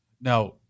Now